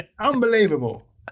unbelievable